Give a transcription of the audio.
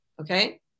Okay